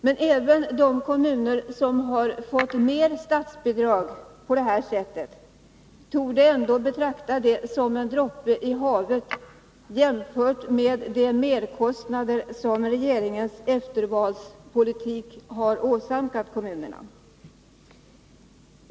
Men även de kommuner som på det här sättet fått större statsbidrag torde betrakta det som en droppe i havet jämfört med de merkostnader som regeringens eftervalspolitik har åsamkat kommunerna.